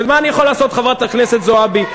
אז מה אני יכול לעשות, חברת הכנסת זועבי?